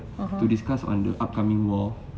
to discuss on the upcoming war